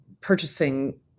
purchasing